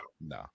no